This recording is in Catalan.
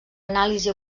anàlisi